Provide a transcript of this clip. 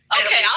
Okay